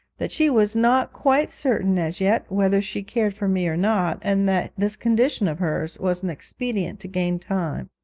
that she was not quite certain as yet whether she cared for me or not, and that this condition of hers was an expedient to gain time.